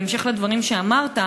בהמשך לדברים שאמרת,